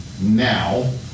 now